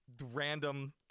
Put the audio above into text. random